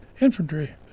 infantry